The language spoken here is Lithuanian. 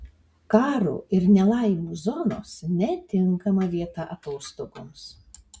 karo ir nelaimių zonos netinkama vieta atostogoms